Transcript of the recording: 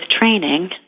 training